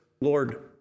Lord